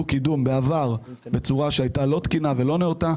קידום בעבר בצורה שהייתה לא תקינה ולא נאותה.